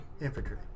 Infantry